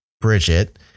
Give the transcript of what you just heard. Bridget